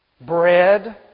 bread